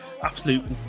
absolute